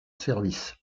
service